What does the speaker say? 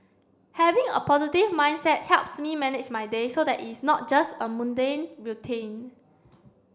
having a positive mindset helps me manage my day so that it's not just a mundane routine